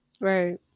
Right